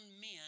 men